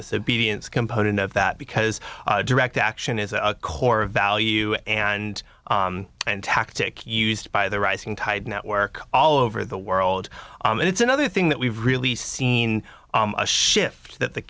disobedience component of that because direct action is a core value and tactic used by the rising tide network all over the world and it's another thing that we've really seen a shift that the